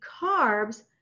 carbs